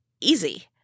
easy